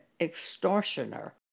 extortioner